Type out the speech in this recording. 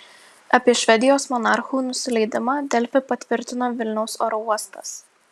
apie švedijos monarchų nusileidimą delfi patvirtino vilniaus oro uostas